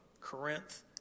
Corinth